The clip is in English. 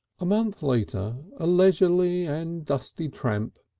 a month later a leisurely and dusty tramp,